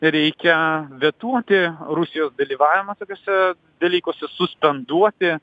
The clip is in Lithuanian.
reikia vetuoti rusijos dalyvavimą tokiuose dalykuose suspenduoti